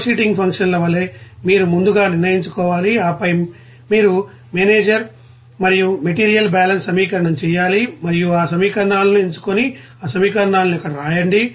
ఫ్లవర్షీటింగ్ ఫంక్షన్ల వలె మీరు ముందుగా నిర్ణయించుకోవాలి ఆపై మీరు మేనేజర్ మరియు మెటీరియల్ బ్యాలెన్స్ సమీకరణం చేయాలి మరియు ఆ సమీకరణాలను ఎంచుకుని ఆ సమీకరణాలను అక్కడ వ్రాయండి